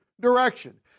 direction